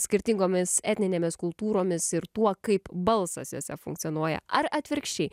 skirtingomis etninėmis kultūromis ir tuo kaip balsas jose funkcionuoja ar atvirkščiai